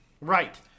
Right